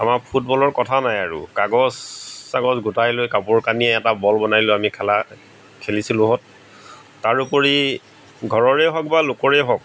আমাৰ ফুটবলৰ কথা নাই আৰু কাগজ চাগজ গোটাই লৈ কাপোৰ কানিৰে এটা আমি বল বনাই লওঁ খেলাৰ খেলিছিলোহঁত তাৰোপৰি ঘৰৰে হওক বা লোকৰে হওক